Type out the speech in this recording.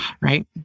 right